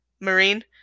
Marine